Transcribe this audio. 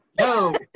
no